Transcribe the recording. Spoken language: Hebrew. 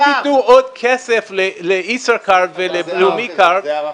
אם תתנו עוד כסף ל"ישראכרט" ול"לאומי קארד"